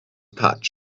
pouch